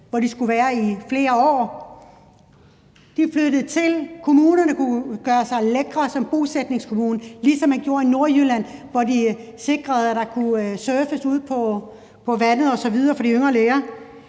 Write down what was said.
hvor man skulle være i flere år og derfor flyttede dertil, så kunne kommunerne gøre sig lækre som bosætningskommuner, ligesom man gjorde i Nordjylland, hvor de sikrede, at der var mulighed for, at de yngre læger